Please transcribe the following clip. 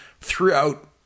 throughout